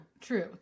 true